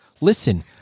listen